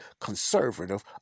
conservative